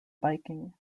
biking